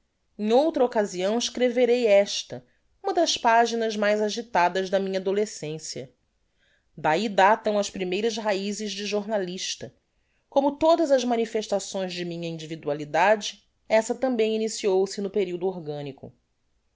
em outra occasião escreverei esta uma das paginas mais agitadas da minha adolescencia dahi datam as primeiras raizes de jornalista como todas as manifestações de minha individulidade essa tambem iniciou se no periodo organico